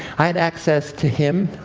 i had access to him.